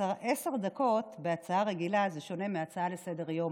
עשר דקות בהצעה רגילה זה שונה מהצעה דחופה לסדר-יום,